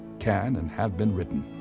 can and have been written.